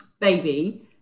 baby